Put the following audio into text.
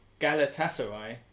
Galatasaray